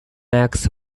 max